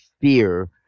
fear